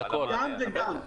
גם וגם.